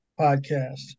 podcast